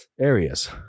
areas